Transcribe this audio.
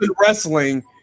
wrestling